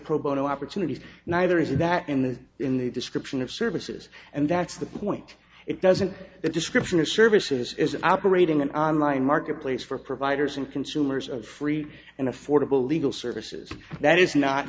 pro bono opportunities neither is that in the in the description of services and that's the point it doesn't the description of services is operating an on line marketplace for providers and consumers of free and affordable legal services that is not